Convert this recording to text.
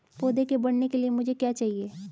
पौधे के बढ़ने के लिए मुझे क्या चाहिए?